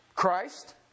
christ